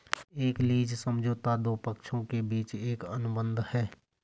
एक लीज समझौता दो पक्षों के बीच एक अनुबंध है